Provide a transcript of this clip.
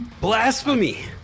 Blasphemy